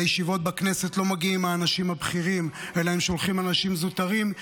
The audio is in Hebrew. ולישיבות בכנסת לא מגיעים האנשים הבכירים אלא שולחים אנשים זוטרים,